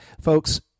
folks